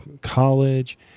college